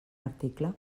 article